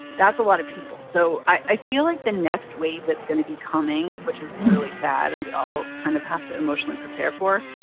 that's a lot of people so i feel like the next wave that's going to be coming, which is really sad and we all kind of have to emotionally prepare for,